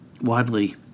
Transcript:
widely